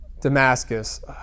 Damascus